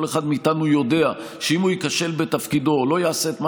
כל אחד מאיתנו יודע שאם הוא ייכשל בתפקידו או לא יעשה את מה